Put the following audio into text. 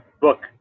book